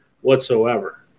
whatsoever